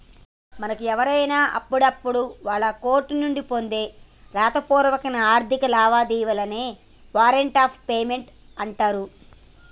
మనకు ఎవరైనా అప్పున్నప్పుడు వాళ్ళు కోర్టు నుండి పొందే రాతపూర్వక ఆర్థిక లావాదేవీలనే వారెంట్ ఆఫ్ పేమెంట్ అంటరు